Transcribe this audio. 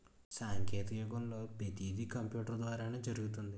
సాంకేతిక యుగంలో పతీది కంపూటరు ద్వారానే జరుగుతుంది